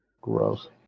Gross